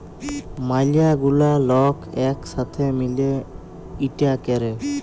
ম্যালা গুলা লক ইক সাথে মিলে ইটা ক্যরে